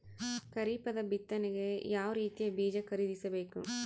ಖರೀಪದ ಬಿತ್ತನೆಗೆ ಯಾವ್ ರೀತಿಯ ಬೀಜ ಖರೀದಿಸ ಬೇಕು?